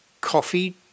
coffee